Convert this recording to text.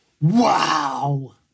WOW